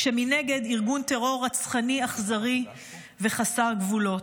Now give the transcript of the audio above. כשמנגד ארגון טרור רצחני אכזרי וחסר גבולות.